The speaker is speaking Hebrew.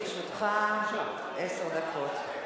לרשותך עשר דקות.